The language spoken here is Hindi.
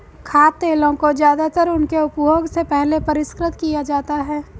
खाद्य तेलों को ज्यादातर उनके उपभोग से पहले परिष्कृत किया जाता है